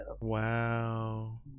Wow